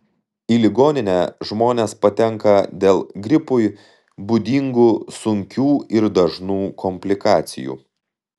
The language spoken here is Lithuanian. į ligoninę žmonės patenka dėl gripui būdingų sunkių ir dažnų komplikacijų